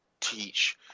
teach